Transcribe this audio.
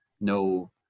no